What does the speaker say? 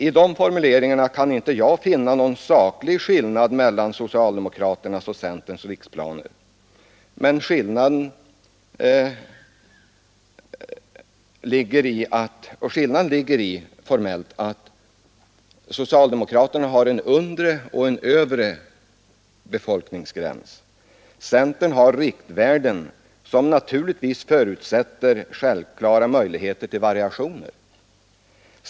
I de formuleringarna kan inte jag finna någon saklig skillnad mellan socialdemokraternas och centerns riksplaner, Skillnaden ligger formellt i att socialdemokraterna har en undre och en övre befolkningsgräns, medan centern har riktvärden, som naturligtvis förutsätter självklara möjligheter till variationer.